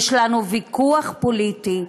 יש לנו ויכוח פוליטי,